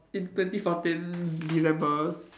in twenty fourteen December